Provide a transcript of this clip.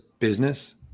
Business